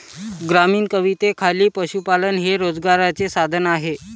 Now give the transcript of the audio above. ग्रामीण कवितेखाली पशुपालन हे रोजगाराचे साधन आहे